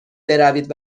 بروید